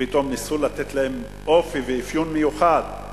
פתאום ניסו לתת להם אופי ואפיון מיוחד,